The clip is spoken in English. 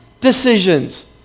decisions